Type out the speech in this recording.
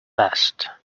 best